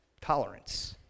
tolerance